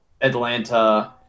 Atlanta